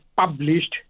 published